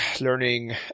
learning